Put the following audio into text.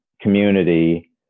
community